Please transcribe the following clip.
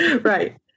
right